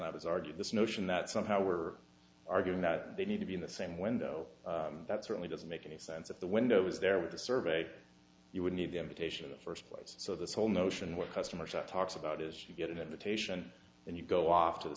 is argued this notion that somehow we're arguing that they need to be in the same window that certainly doesn't make any sense that the window is there with the survey you would need them potations first place so this whole notion with customers that talks about is you get an invitation and you go off to the